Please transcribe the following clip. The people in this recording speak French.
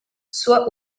soit